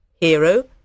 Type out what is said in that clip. Hero